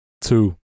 Two